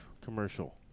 commercial